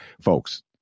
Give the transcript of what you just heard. folks